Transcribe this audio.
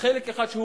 וחלק אחד שהוא